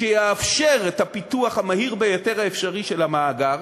שיאפשר את הפיתוח המהיר ביותר האפשרי של המאגר,